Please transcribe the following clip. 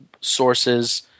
sources